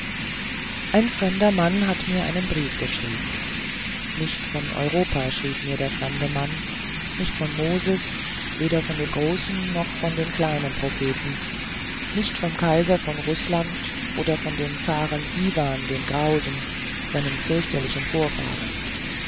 ein fremder mann hat mir einen brief geschrieben nicht von europa schrieb mir der fremde mann nicht von moses weder von den großen noch von den kleinen propheten nicht vom kaiser von rußland oder dem zaren iwan dem grausen seinem fürchterlichen vorfahren